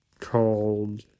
called